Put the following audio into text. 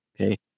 Okay